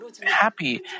happy